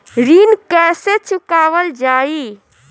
ऋण कैसे चुकावल जाई?